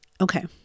Okay